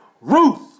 Ruth